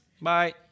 Bye